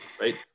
Right